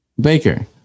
Baker